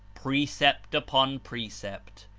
precept upon precept!